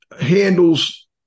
handles